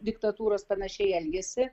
diktatūros panašiai elgiasi